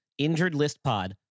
InjuredListPod